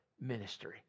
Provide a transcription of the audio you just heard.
ministry